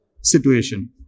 situation